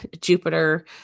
Jupiter